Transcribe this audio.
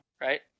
right